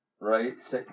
right